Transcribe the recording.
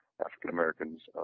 African-Americans